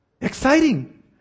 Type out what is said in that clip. Exciting